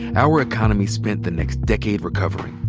our economy spent the next decade recovering.